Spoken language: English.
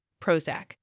Prozac